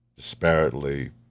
disparately